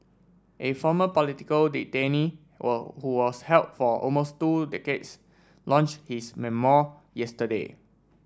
a former political detainee were who was held for almost two decades launch his memoir yesterday